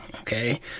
okay